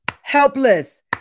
helpless